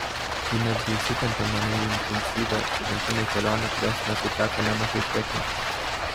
ji netgi išsitempė mane į intensyvią pažintinę kelionę kurios metu teko nemažai trekinti